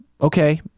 okay